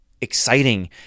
exciting